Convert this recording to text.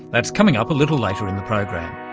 that's coming up a little later in the program.